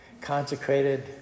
consecrated